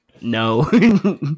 no